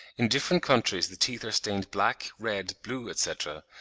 in different countries the teeth are stained black, red, blue, etc,